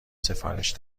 سفارش